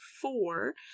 four